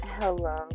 Hello